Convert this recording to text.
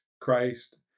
Christ